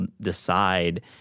decide